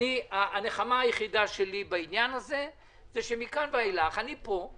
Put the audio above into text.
הנחמה היחידה שלי היא שמכאן ואילך אני פה,